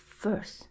first